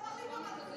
על לפיד או נתניהו?